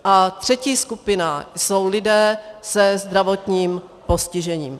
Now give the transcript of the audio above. A třetí skupina jsou lidé se zdravotním postižením.